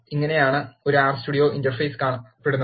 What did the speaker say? ഇങ്ങനെയാണ് ഒരു R studio interface കാണപ്പെടുന്നത്